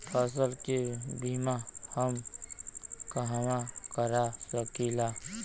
फसल के बिमा हम कहवा करा सकीला?